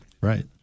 Right